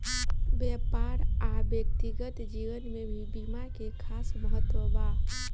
व्यापार आ व्यक्तिगत जीवन में भी बीमा के खास महत्व बा